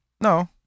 No